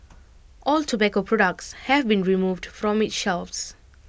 all tobacco products have been removed from its shelves